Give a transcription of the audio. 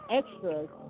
extras